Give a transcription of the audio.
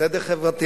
צדק חברתי,